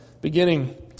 beginning